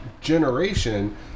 generation